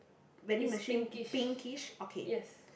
vending machine pinkish okay